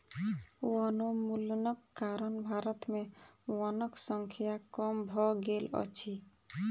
वनोन्मूलनक कारण भारत में वनक संख्या कम भ गेल अछि